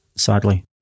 Sadly